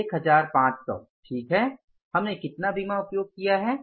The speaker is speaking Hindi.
1500 ठीक है हमने कितना बीमा उपयोग किया है